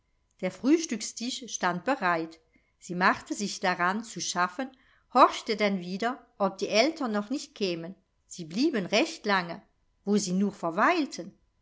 der frühstückstisch stand bereit sie machte sich daran zu schaffen horchte dann wieder ob die eltern noch nicht kämen sie blieben recht lange wo sie nur verweilten